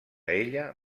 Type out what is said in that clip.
ella